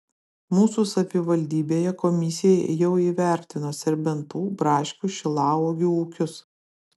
mūsų savivaldybėje komisija jau įvertino serbentų braškių šilauogių ūkius